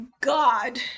God